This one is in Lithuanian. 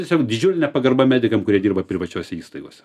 tiesiog didžiulė nepagarba medikam kurie dirba privačiose įstaigose